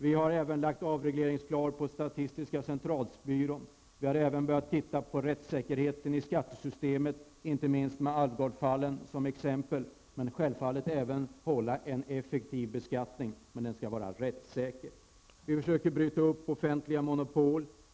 Vi har även lagt en avregleringsplan på statistiska centralbyrån. Vi har också börjat titta på rättssäkerheten i skattesystemet, inte minst med Alvgard-fallet som exempel. Vi skall självfallet hålla en effektiv beskattning, men den skall vara rättssäker. Vi försöker bryta upp offentliga monopol.